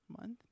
month